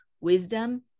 wisdom